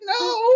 no